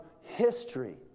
history